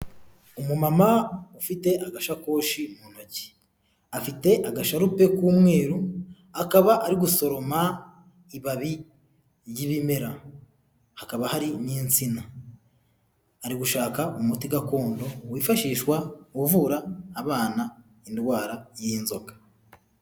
Umumama ufite agashakoshi mu ntoki, afite agasharupe k'umweru, akaba ari gusoroma ibibabi by'ibimera, hakaba hari n'insina, ari gushaka umuti gakondo wifashishwa uvura abana indwara y'inzoka.